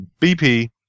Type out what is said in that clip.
BP